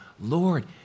Lord